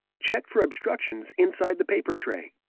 check for obstructions inside the paper tray.